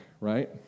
right